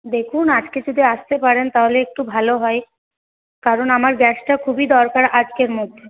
দেখুন আজকে যদি আসতে পারেন তাহলে একটু ভালো হয় কারণ আমার গ্যাসটা খুবই দরকার আজকের মধ্যে